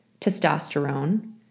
testosterone